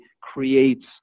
creates